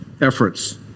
efforts